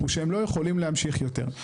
הוא שהם לא יכולים להמשיך יותר.